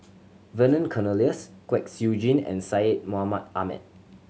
Vernon Cornelius Kwek Siew Jin and Syed Mohamed Ahmed